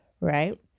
right